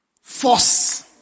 force